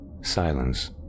Silence